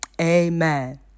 Amen